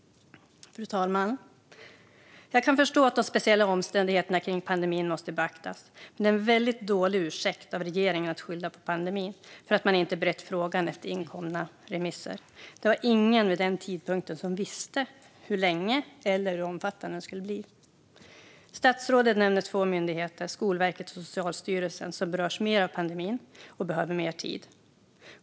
Fru talman! Jag kan förstå att de speciella omständigheterna kring pandemin måste beaktas. Men det är en väldigt dålig ursäkt av regeringen att skylla på pandemin för att man inte berett frågan efter inkomna remisser. Det var vid den tidpunkten ingen som visste hur långvarig eller omfattande pandemin skulle bli. Statsrådet nämner två myndigheter, Skolverket och Socialstyrelsen, som berörs mer av pandemin och behöver mer tid.